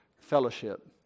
fellowship